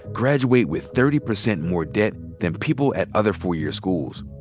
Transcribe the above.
graduate with thirty percent more debt than people at other four-year schools.